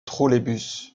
trolleybus